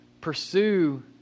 pursue